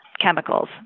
chemicals